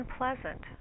unpleasant